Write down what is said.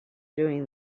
doing